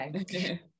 okay